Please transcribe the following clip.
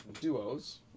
duos